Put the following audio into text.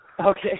Okay